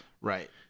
Right